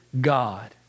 God